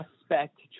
suspect